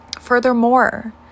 Furthermore